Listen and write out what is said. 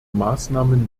maßnahmen